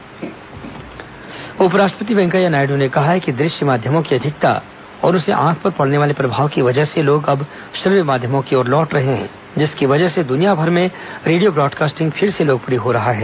उपराष्ट्रपति आकाशवाणी उपराष्ट्रपति वैंकैया नायड् ने कहा है कि दृश्य माध्यमों की अधिकता और उनसे आंखों पर पड़ने वाले प्रभाव की वजह से लोग अब श्रव्य माध्यमों की ओर लौट रहे हैं जिसकी वजह से दुनियाभर में रेडियो ब्रॉडकास्टिंग फिर से लोकप्रिय हो रहा है